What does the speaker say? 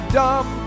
dumb